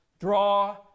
Draw